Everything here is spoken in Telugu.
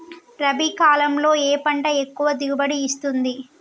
రబీ కాలంలో ఏ పంట ఎక్కువ దిగుబడి ఇస్తుంది?